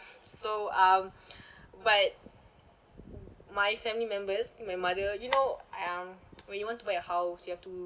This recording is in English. so um but my family members my mother you know um when you want to buy a house you have to